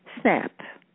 snap